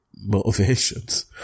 motivations